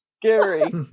Scary